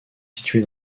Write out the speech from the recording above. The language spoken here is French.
située